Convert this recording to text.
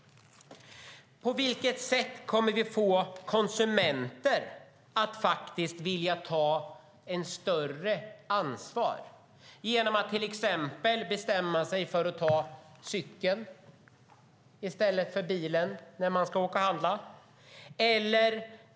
På vilket sätt kommer vi att få konsumenter att faktiskt vilja ta ett större ansvar genom att till exempel bestämma sig för att ta cykeln i stället för bilen när de ska åka och handla?